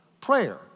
prayer